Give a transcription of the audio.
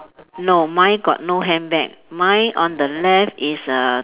no mine got no handbag mine on the left is a